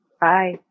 Bye